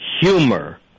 humor